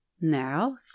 Now